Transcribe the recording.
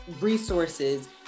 resources